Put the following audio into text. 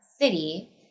City